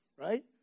right